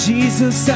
Jesus